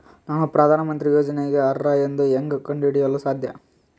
ನಾನು ಪ್ರಧಾನ ಮಂತ್ರಿ ಯೋಜನೆಗೆ ಅರ್ಹ ಎಂದು ಹೆಂಗ್ ಕಂಡ ಹಿಡಿಯಲು ಸಾಧ್ಯ?